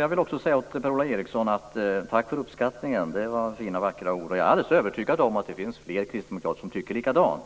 Jag vill också tacka Per-Ola Eriksson för uppskattningen. Det var fina och vackra ord. Jag är alldeles övertygad om att det finns fler kristdemokrater som tycker likadant.